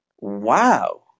Wow